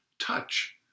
touch